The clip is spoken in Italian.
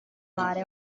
mare